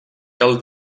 cal